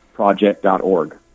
project.org